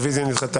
הרביזיה נדחתה.